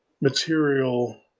material